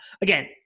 again